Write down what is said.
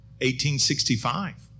1865